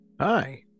Hi